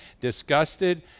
disgusted